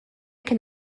can